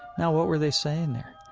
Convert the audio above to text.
now, what were they saying there?